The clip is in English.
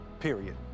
Period